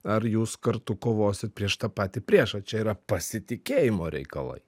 ar jūs kartu kovosit prieš tą patį priešą čia yra pasitikėjimo reikalai